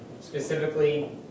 specifically